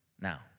Now